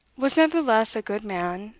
was nevertheless a good man,